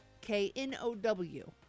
K-N-O-W